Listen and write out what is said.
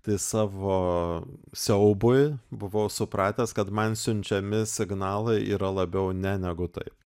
tai savo siaubui buvau supratęs kad man siunčiami signalai yra labiau ne negu taip